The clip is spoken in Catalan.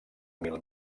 mil